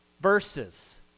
verses